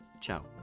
Ciao